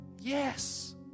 yes